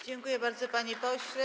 Dziękuję bardzo, panie pośle.